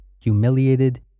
humiliated